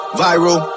viral